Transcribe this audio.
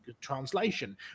translation